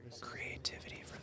Creativity